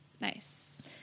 Nice